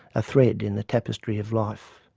a thread in the tapestry of life.